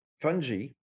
Fungi